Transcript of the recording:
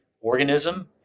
organism